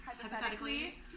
hypothetically